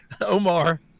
Omar